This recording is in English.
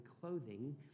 clothing